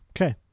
Okay